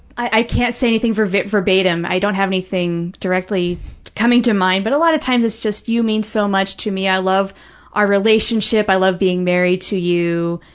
i can't say anything verbatim. i don't have anything directly coming to mind, but a lot of times it's just, you mean so much to me, i love our relationship, i love being married to you,